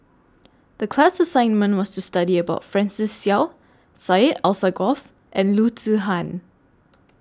The class assignment was to study about Francis Seow Syed Alsagoff and Loo Zihan